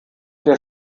der